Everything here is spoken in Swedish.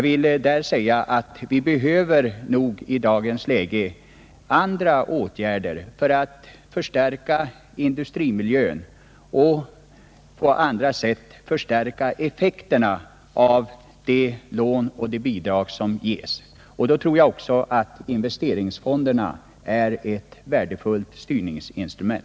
Vi behöver nog i dagens läge också andra åtgärder för att förbättra industrimiljön och för att på andra sätt förstärka effekterna av de lån och bidrag som ges. I det sammanhanget tror jag att investeringsfonderna är ett värdefullt styrningsinstrument.